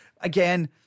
Again